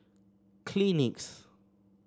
Kleenex